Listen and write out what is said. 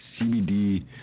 CBD